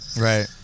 Right